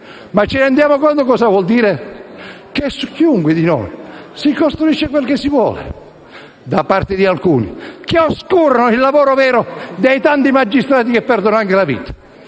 Ma ci rendiamo conto cosa voglia dire che su chiunque di noi si costruisca quel che si vuole da parte di alcuni che oscurano il lavoro vero dei tanti magistrati che perdono anche la vita?